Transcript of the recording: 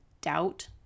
doubt